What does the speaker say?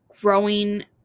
growing